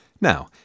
Now